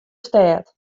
stêd